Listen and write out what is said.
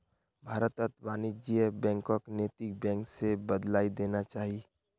भारतत वाणिज्यिक बैंकक नैतिक बैंक स बदलइ देना चाहिए